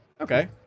Okay